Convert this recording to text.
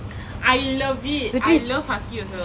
I love it I love huskies also